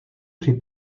při